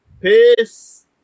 peace